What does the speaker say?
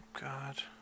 God